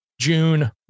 june